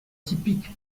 typique